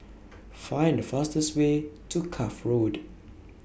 Find The fastest Way to Cuff Road